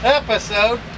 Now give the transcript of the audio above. episode